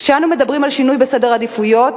כשאנו מדברים על שינוי בסדר העדיפויות,